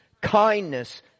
kindness